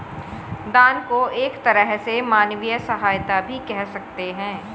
दान को एक तरह से मानवीय सहायता भी कह सकते हैं